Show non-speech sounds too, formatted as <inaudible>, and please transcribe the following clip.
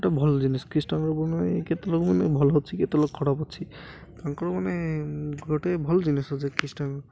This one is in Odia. ଗୋଟେ ଭଲ ଜିନିଷ ଖ୍ରୀଷ୍ଟଙ୍କର <unintelligible> କେତେ ଲୋକ ମାନେ ଭଲ ଅଛି କେତେ ଲୋକ ଖରାପ ଅଛି ତାଙ୍କର ମାନେ ଗୋଟେ ଭଲ୍ ଜିନିଷ ଅଛି ଖ୍ରୀଷ୍ଟଙ୍କ